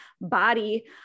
body